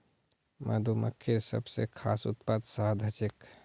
मधुमक्खिर सबस खास उत्पाद शहद ह छेक